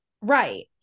Right